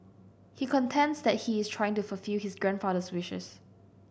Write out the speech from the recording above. he contends that he is trying to fulfil his grandfather's wishes